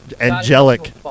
angelic